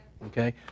Okay